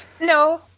No